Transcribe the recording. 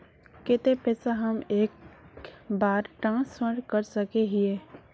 केते पैसा हम एक बार ट्रांसफर कर सके हीये?